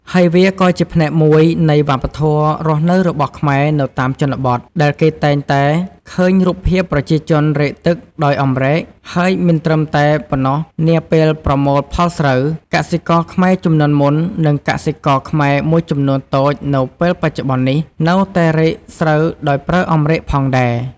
ហើយវាក៏ជាផ្នែកមួយនៃវប្បធម៌រស់នៅរបស់ខ្មែរនៅតាមជនបទ ដែលគេតែងតែឃើញរូបភាពប្រជាជនរែកទឹកដោយអម្រែក ហើយមិនត្រឹមតែប៉ុណ្ណោះនាពេលប្រមូលផលស្រូវ កសិករខ្មែរជំនាន់មុននិងកសិករខ្មែរមួយចំនូនតូចនៅពេលបច្ចុប្បន្ននេះ នៅតែរែកស្រូវដោយប្រើអម្រែកផងដែរ។